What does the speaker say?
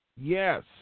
Yes